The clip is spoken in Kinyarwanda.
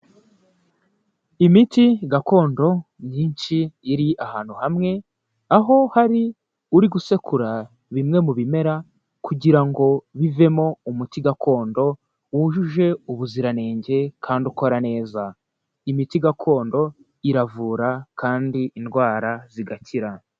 Imiti gakondo myinshi iri ahantu hamwe, aho hari uri gusekura bimwe mu bimera, kugira ngo bivemo umuti gakondo, wujuje ubuziranenge kandi ukora neza. Imiti gakondo iravura kandi indwara zigakira.